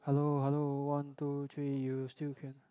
hello hello one two three you still can